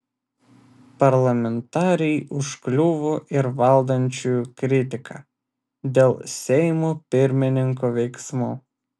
parlamentarei užkliuvo ir valdančiųjų kritika dėl seimo pirmininko veiksmų